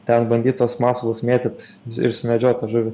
ten bandyt tuos masalus mėtyt ir sumedžiot tą žuvį